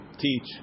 teach